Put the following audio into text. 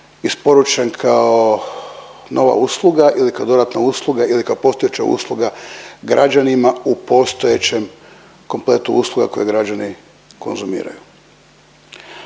isporučen kao nova usluga ili kako dodatna usluga ili kao postojeća usluga građanima u postojećem kompletu usluga koje građani konzumiraju?